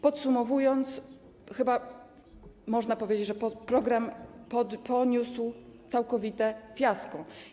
Podsumowując, chyba można powiedzieć, że program poniósł całkowite fiasko.